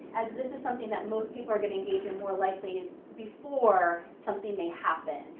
as this is something that most people are gonna engage in more likely before something may happen.